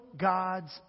God's